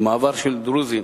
למעבר של דרוזים